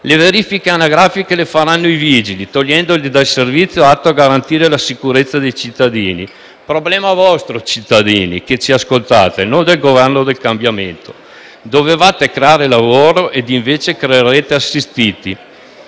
Le verifiche anagrafiche le faranno i vigili, togliendoli da un servizio atto a garantire la sicurezza dei cittadini. Cittadini che ci ascoltate, il problema è vostro e non del Governo del cambiamento. Dovevate creare lavoro ed invece creerete assistiti.